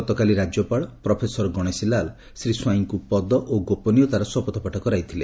ଗତକାଲି ରାକ୍ୟପାଳ ପ୍ରଫେସର ଗଣେଶୀଲାଲ ଶ୍ରୀ ସ୍ୱାଇଁଙ୍କୁ ପଦ ଓ ଗୋପନୀୟତାର ଶପଥପାଠ କରାଇଥିଲେ